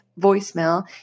voicemail